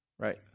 Right